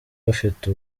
bafite